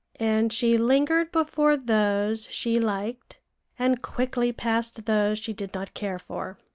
and she lingered before those she liked and quickly passed those she did not care for.